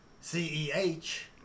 C-E-H